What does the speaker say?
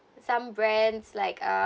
some brands like uh